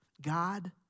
God